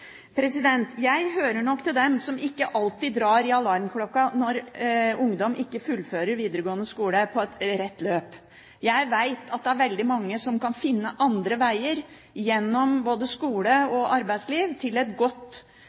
Jeg hører nok til dem som ikke alltid drar i alarmklokken når ungdom ikke fullfører videregående skole på et rett løp. Jeg vet at det er veldig mange som kan finne andre veier gjennom både skole og arbeidsliv, både til god kompetanse og til et solid og godt